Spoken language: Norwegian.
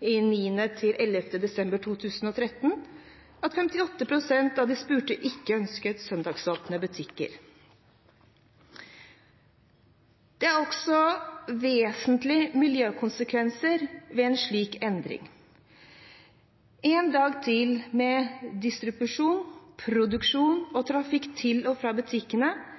9.–11. desember 2013 at 58 pst. av de spurte ikke ønsket søndagsåpne butikker. Det er også vesentlige miljøkonsekvenser ved en slik endring: Én dag til med distribusjon, produksjon og trafikk til og fra butikkene